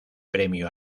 premio